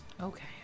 Okay